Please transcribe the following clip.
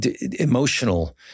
emotional